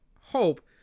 hope